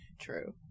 True